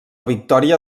victòria